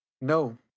no